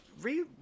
re